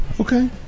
Okay